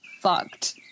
fucked